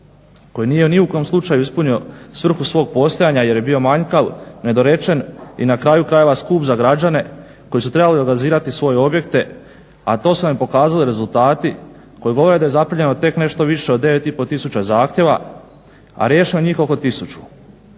Koji nije ni u kom slučaju ispunio svrhu svog postojanja jer je bio manjkav, nedorečen i na kraju krajeva skup za građane koji su trebali legalizirati svoje objekte. A to su nam i pokazali rezultati koji govore da je zaprimljeno tek nešto više od 9,5 tisuća zahtjeva, a riješeno njih oko tisuću.